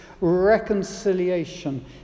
reconciliation